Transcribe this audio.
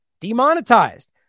Demonetized